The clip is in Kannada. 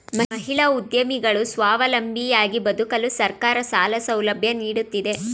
ಮಹಿಳಾ ಉದ್ಯಮಿಗಳು ಸ್ವಾವಲಂಬಿಯಾಗಿ ಬದುಕಲು ಸರ್ಕಾರ ಸಾಲ ಸೌಲಭ್ಯ ನೀಡುತ್ತಿದೆ